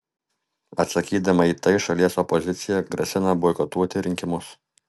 atsakydama į tai šalies opozicija grasina boikotuoti rinkimus